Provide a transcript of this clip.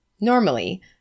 normally